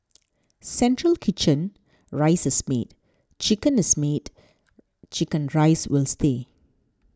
central kitchen rice is made chicken is made Chicken Rice will stay